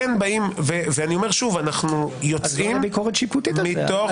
אז לא תהיה ביקורת שיפוטית על זה,